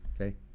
Okay